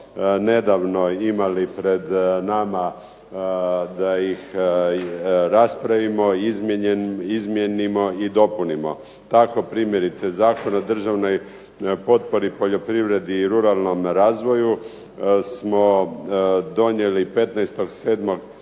nedavno imali pred nama da ih raspravimo, izmijenimo i dopunimo. Tako primjerice Zakon o državnoj potpori, poljoprivredi i ruralnom razvoju smo donijeli 15.7.